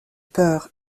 peur